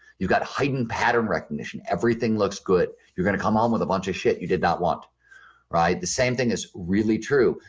you got heightened pattern recognition, everything looks good. you're going to come home with a bunch of shit you did not want the same thing is really true.